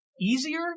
easier